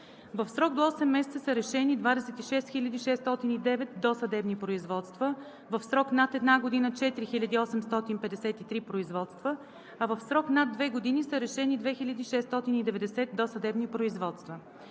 В срок до 8 месеца са решени 26 609 досъдебни производства, в срок над 1 година – 4853 производства, а в срок над 2 години са решени 2690 досъдебни производства.